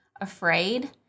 afraid